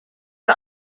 are